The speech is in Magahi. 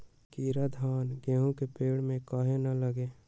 कीरा धान, गेहूं के पेड़ में काहे न लगे?